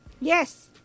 Yes